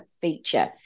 feature